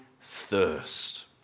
thirst